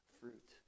fruit